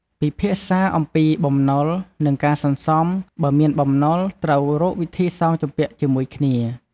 ពិភាក្សាអំពីបំណុល និងការសន្សំ បើមានបំណុល ត្រូវរកវិធីសងជំពាក់ជាមួយគ្នា។